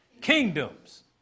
Kingdoms